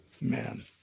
Man